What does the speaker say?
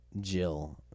Jill